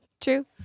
True